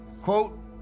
Quote